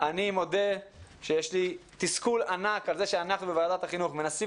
אני מודה שיש לי תסכול ענק על זה שאנחנו בוועדת החינוך מנסים